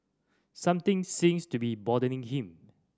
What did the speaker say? something seems to be bothering him